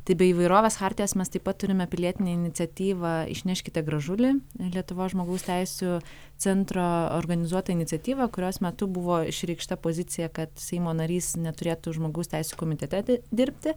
tai be įvairovės chartijos mes taip pat turime pilietinę iniciatyvą išneškite gražulį lietuvos žmogaus teisių centro organizuota iniciatyva kurios metu buvo išreikšta pozicija kad seimo narys neturėtų žmogaus teisių komitete di dirbti